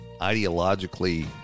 ideologically